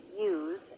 use